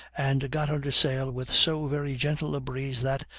and got under sail with so very gentle a breeze that,